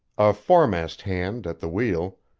a foremast hand at the wheel,